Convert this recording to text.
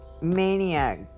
maniac